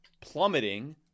plummeting